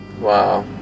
wow